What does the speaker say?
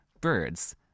birds